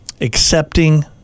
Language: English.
accepting